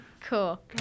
Cool